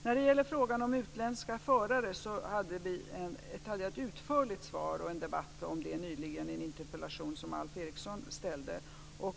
När det gäller frågan om utländska förare hade jag ett utförligt svar och en debatt om det nyligen med anledning av en interpellation som Alf Eriksson hade ställt.